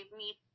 meet